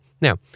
Now